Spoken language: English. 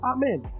Amen